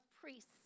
priests